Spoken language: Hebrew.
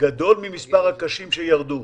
גדול ממספר הקשים שירדו.